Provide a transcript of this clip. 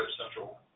Central